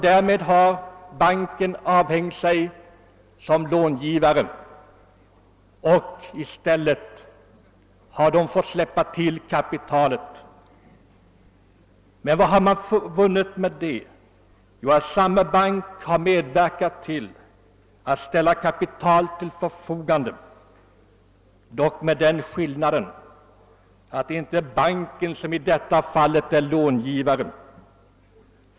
Därmed har banken avhänt sig möjligheten att stå som långivare men har i alla fall fått släppa till kapitalet. Vad har man då vunnit med. detta? Samma bank har medverkat till att ställa kapital till förfogande, dock med den skillnaden att det inte är banken som i detta fall är långivaren.